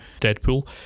Deadpool